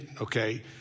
Okay